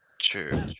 true